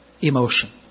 emotion